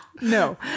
no